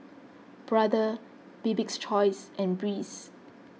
Brother Bibik's Choice and Breeze